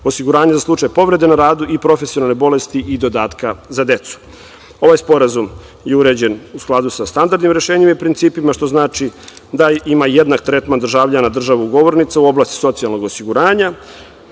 osiguranja za slučaj povrede na radu i profesionalne bolesti i dodatka za decu. Ovaj sporazum je uređen u skladu sa standardnim rešenjima i principima, što znači da ima jednak tretman državljana država ugovornica u oblasti socijalnog osiguranja,